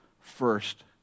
first